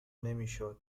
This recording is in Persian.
نمیشدو